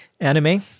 anime